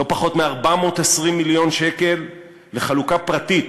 לא פחות מ-420 מיליון שקל לחלוקה פרטית